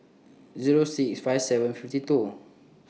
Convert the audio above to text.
Zero six five seven fifty two